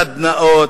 סדנאות,